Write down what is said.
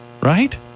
right